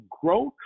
growth